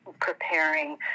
preparing